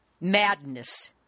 Madness